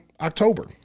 october